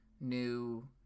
new